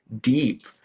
deep